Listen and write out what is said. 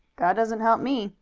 that doesn't help me.